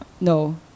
No